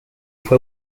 fue